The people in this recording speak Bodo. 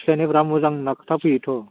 सेनियरफ्रा मोजां होन्ना खोन्थाफैयो थ'